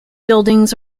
buildings